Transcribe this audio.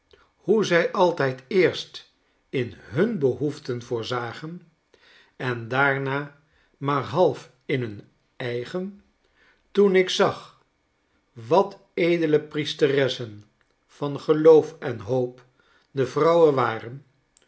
hoe zij altyd eerst in hun behoeften voorzagen en daarna maar half in hun eigen toen ik zag wat edele priesteressen van geloof en hoop de vrouwen waren